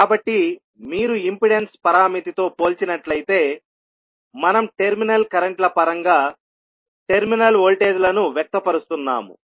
కాబట్టి మీరు ఇంపెడెన్స్ పరామితితో పోల్చినట్లయితే మనం టెర్మినల్ కరెంట్ ల పరంగా టెర్మినల్ వోల్టేజ్లను వ్యక్తపరుస్తున్నాము